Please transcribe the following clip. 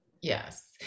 Yes